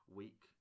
week